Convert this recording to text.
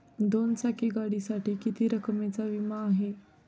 दोन चाकी गाडीसाठी किती रकमेचा विमा आहे?